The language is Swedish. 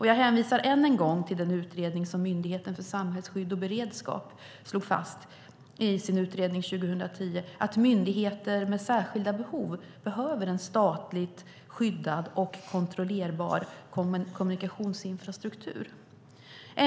Jag hänvisar än en gång till det som Myndigheten för samhällsskydd och beredskap slog fast i sin utredning 2010, att myndigheter med särskilda behov behöver en statligt skyddad och kontrollerbar kommunikationsinfrastruktur.